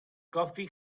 coffee